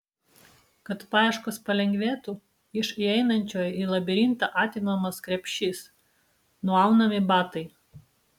kad paieškos palengvėtų iš įeinančiojo į labirintą atimamas krepšys nuaunami batai